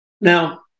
Now